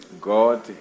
God